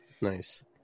nice